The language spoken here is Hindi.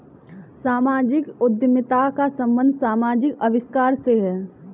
सामाजिक उद्यमिता का संबंध समाजिक आविष्कार से है